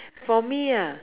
for me ah